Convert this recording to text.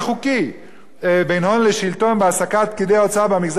בין הון לשלטון בהעסקת פקידי האוצר במגזר הפרטי,